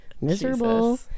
miserable